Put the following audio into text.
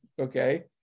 Okay